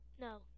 no